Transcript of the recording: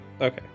Okay